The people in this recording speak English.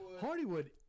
Hardywood